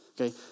Okay